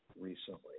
recently